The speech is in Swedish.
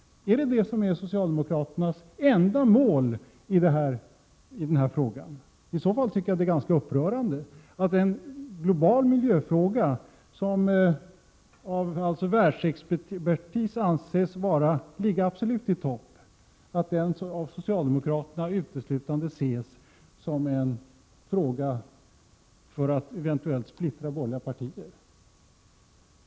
Är det detta som är socialdemokraternas enda mål i denna fråga? I så fall tycker jag att det är upprörande att en global miljöfråga, som av världsexpertis definitivt anses ligga i topp, av socialdemokraterna uteslutande ses som en fråga för att eventuellt splittra borgerliga partier.